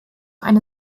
eine